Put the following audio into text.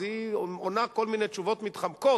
אז היא עונה כל מיני תשובות מתחמקות